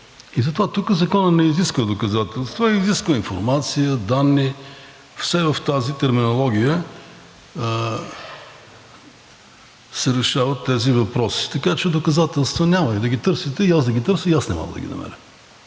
Затова Законът не изисква доказателства, а изисква информация, данни, все в тази терминология се решават тези въпроси. Така че доказателства няма и да ги търсите, и аз да ги търся, и аз не мога да ги намеря,